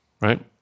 right